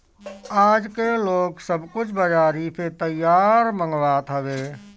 आजके लोग सब कुछ बजारी से तैयार मंगवात हवे